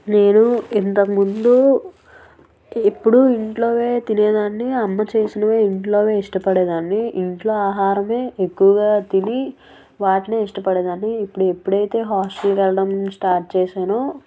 నేను ఇంతకు ముందు ఎప్పుడూ ఇంట్లోవే తినేదాన్ని అమ్మ చేసినవే ఇంట్లో ష్ట పడేదాన్ని ఇంట్లో ఆహారమే ఎక్కువగా తిని వాటిని ఇష్టపడదని ఇప్పుడు ఎప్పుడైతే హాస్టల్కి వెళ్ళడం స్టార్ట్ చేశానో